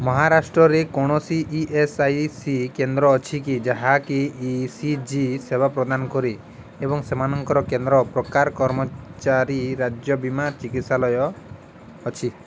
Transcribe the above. ମହାରାଷ୍ଟ୍ରରେ କୌଣସି E S I C କେନ୍ଦ୍ର ଅଛି କି ଯାହାକି ଇ ସି ଜି ସେବା ପ୍ରଦାନ କରେ ଏବଂ ସେମାନଙ୍କର କେନ୍ଦ୍ର ପ୍ରକାର କର୍ମଚାରୀ ରାଜ୍ୟ ବୀମା ଚିକିତ୍ସାଳୟ ଅଛି